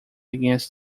against